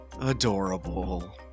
Adorable